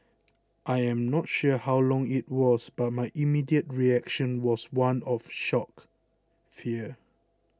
I am not sure how long it was but my immediate reaction was one of shock fear